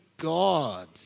God